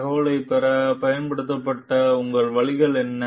தகவல்களைப் பெற பயன்படுத்தப்பட்ட உங்கள் வழி என்ன